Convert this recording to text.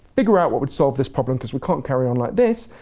figure out what would solve this problem because we can't carry on like this,